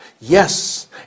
yes